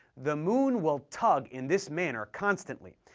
the moon will tug in this manner constantly,